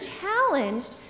challenged